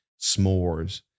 s'mores